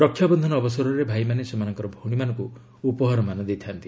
ରକ୍ଷାବନ୍ଧନ ଅବସରରେ ଭାଇମାନେ ସେମାନଙ୍କର ଭଉଣୀମାନଙ୍କୁ ଉପହାରମାନ ଦେଇଥାନ୍ତି